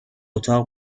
اتاق